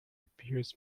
appears